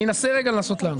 תן לי לנסות לענות.